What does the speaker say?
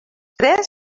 tres